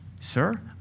sir